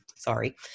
Sorry